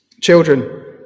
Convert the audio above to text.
Children